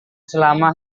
selama